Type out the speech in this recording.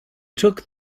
took